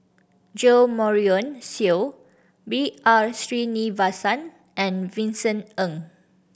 Jo Marion Seow B R Sreenivasan and Vincent Ng